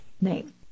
name